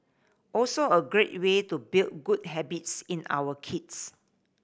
also a great way to build good habits in our kids